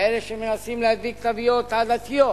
כאלה שמנסים להדביק תוויות עדתיות,